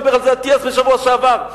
דיבר על זה אטיאס בשבוע שעבר.